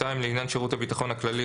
לעניין שירות הביטחון הכללי,